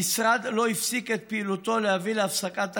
המשרד לא הפסיק את פעילותו להביא להפסקת החריגות,